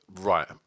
Right